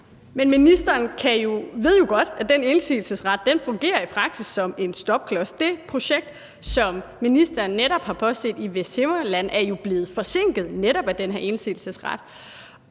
Men ministeren ved jo godt, at den indsigelsesret fungerer i praksis som en stopklods. Det projekt, som ministeren netop har påset i Vesthimmerland, er jo blevet forsinket netop af den her indsigelsesret,